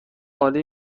عالی